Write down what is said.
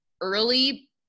early